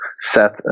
set